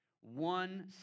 one